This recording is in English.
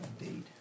Indeed